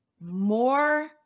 more